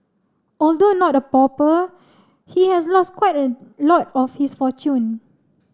although not a pauper he has lost quite a lot of his fortune